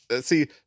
see